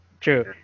True